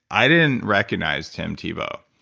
i didn't recognize tim tebow.